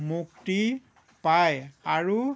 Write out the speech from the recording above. মুক্তি পায় আৰু